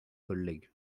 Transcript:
collègue